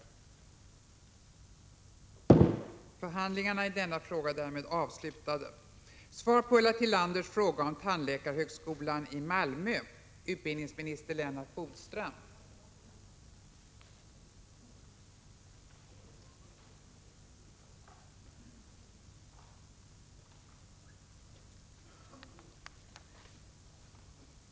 23 oktober 1986 ÖRA a Om tandläkarhögsko Överläggningen var härmed avslutad. lan i Malmö